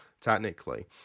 technically